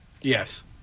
Yes